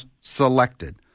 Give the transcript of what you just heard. selected